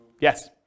Yes